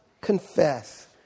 confess